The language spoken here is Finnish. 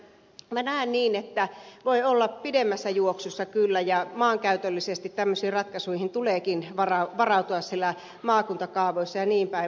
näen niin että voi olla että pidemmässä juoksussa kyllä ja maankäytöllisesti tämmöisiin ratkaisuihin tuleekin varautua siellä maakuntakaavoissa jnp